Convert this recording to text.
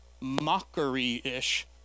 mockery-ish